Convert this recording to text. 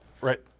Right